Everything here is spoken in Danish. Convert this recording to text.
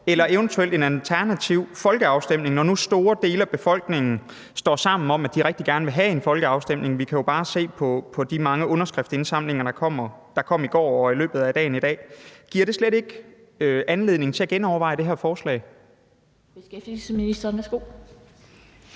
eller eventuelt, at man alternativt laver en folkeafstemning; når nu store dele af befolkningen står sammen om, at de rigtig gerne vil have en folkeafstemning. Vi kan jo bare se på de mange underskriftindsamlinger, der kom i går og er kommet i løbet af dagen i dag. Giver det slet ikke anledning til at genoverveje det her forslag? Kl. 14:58 Den fg.